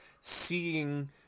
Seeing